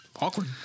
Awkward